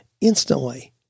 instantly